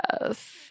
Yes